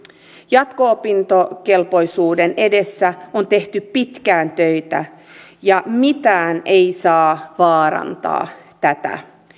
jatko opintokelpoisuuden eteen on tehty pitkään töitä ja mikään ei saa vaarantaa tätä